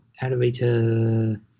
elevator